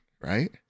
right